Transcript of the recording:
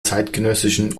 zeitgenössischen